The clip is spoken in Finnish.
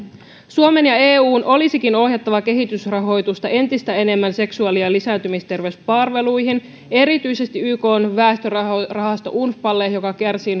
suomen ja eun olisikin ohjattava kehitysrahoitusta entistä enemmän seksuaali ja ja lisääntymisterveyspalveluihin erityisesti ykn väestörahasto unfpalle joka kärsii